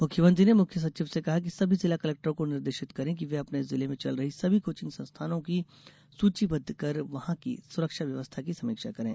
मुख्यमंत्री ने मुख्य सचिव से कहा है कि सभी जिला कलेक्टरों को निर्देशित करें कि वे अपने जिले में चल रहे सभी कोचिंग संस्थानों को सूचीबद्ध कर वहाँ की सुरक्षा व्यवस्था की समीक्षा करें